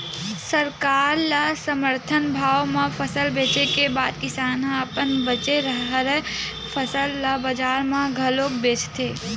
सरकार ल समरथन भाव म फसल बेचे के बाद किसान ह अपन बाचे हरय फसल ल बजार म घलोक बेचथे